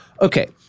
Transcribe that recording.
Okay